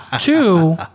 two